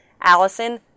Allison